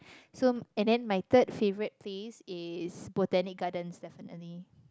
so and then my third favorite place is Botanic-Garden definitely